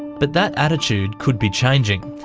but that attitude could be changing,